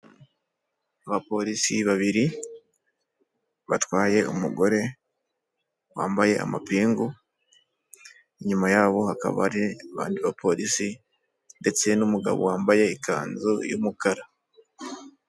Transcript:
Abapolisi babiri batwaye umugore wambaye amapingu, inyuma yabo hakaba hari abandi bapolisi ndetse n'umugabo wambaye ikanzu y'umukara.